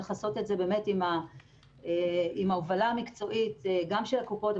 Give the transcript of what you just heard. צריך לעשות את זה עם ההובלה המקצועית גם של הקופות,